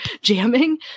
jamming